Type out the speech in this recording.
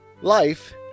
Life